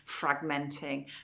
fragmenting